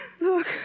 Look